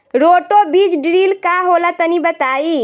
Roto बीज drill का होला तनि बताई?